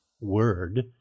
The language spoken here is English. word